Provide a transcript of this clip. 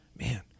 man